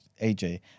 AJ